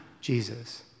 Jesus